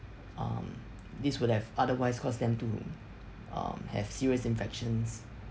um this will have otherwise caused them to um have serious infections